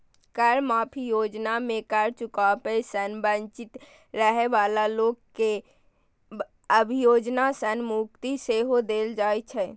कर माफी योजना मे कर चुकाबै सं वंचित रहै बला लोक कें अभियोजन सं मुक्ति सेहो देल जाइ छै